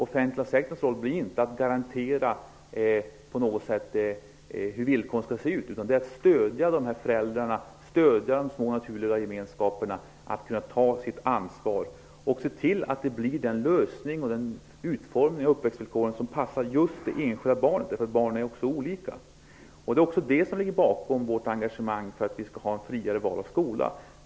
Offentliga sektorns roll blir inte att på något sätt garantera hur villkoren skall se ut, utan den är att stödja föräldrarna, stödja de små naturliga gemenskaperna att ta sitt ansvar och se till att det blir den lösning och den utformning av tillväxtvillkoren som passar just det enskilda barnet, därför att barn är olika. Det är också det som ligger bakom vårt engagemang för ett friare val av skola.